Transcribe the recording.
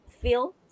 feel